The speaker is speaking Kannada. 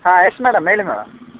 ಹಾಂ ಎಸ್ ಮೇಡಮ್ ಹೇಳಿ ಮೇಡಮ್